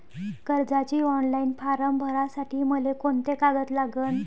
कर्जाचे online form भरासाठी मले कोंते कागद लागन?